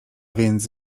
więc